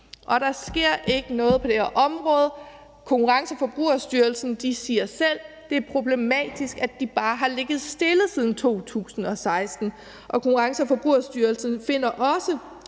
Der sker ikke noget på det her område. Konkurrence- og Forbrugerstyrelsen siger selv, at det er problematisk, at det bare har ligget stille siden 2016, og Konkurrence- og Forbrugerstyrelsen finder også,